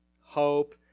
hope